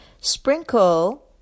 sprinkle